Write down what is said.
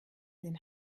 den